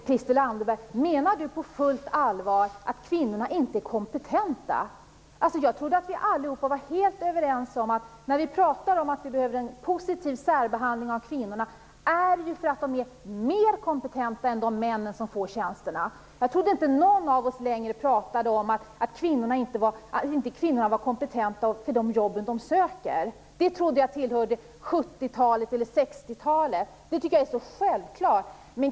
Fru talman! Menar Christel Anderberg på fullt allvar kvinnorna inte är kompetenta? Jag trodde att vi alla var helt överens om att orsaken till att vi talar om att vi behöver en positiv särbehandling av kvinnorna är att de är mer kompetenta än de män som får tjänsterna. Jag trodde inte längre någon av oss talade om att kvinnorna inte är kompetenta för de jobb de söker. Det trodde jag tillhörde 60-talet eller 70-talet. Det är så självklart.